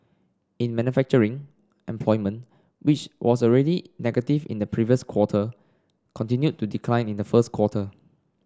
in manufacturing employment which was already negative in the previous quarter continued to decline in the first quarter